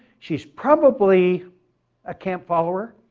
she's probably a camp follower.